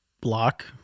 Block